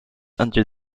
under